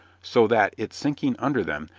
so that, it sinking under them,